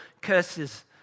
curses